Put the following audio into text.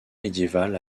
médiéval